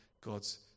God's